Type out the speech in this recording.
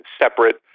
separate